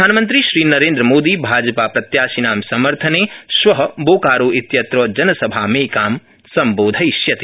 प्रधानमन्त्री श्रीनरेन्द्रमोदी भाजपा प्रत्याशिनां समर्थने श्व बोकारो इत्यत्र जनसभामेकां सम्बोधयिष्यति